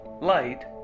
light